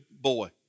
boy